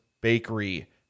Bakery